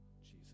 jesus